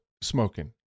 smoking